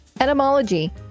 Etymology